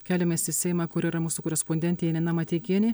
keliamės į seimą kur yra mūsų korespondentė janina mateikienė